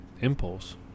Impulse